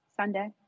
Sunday